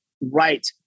right